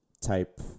type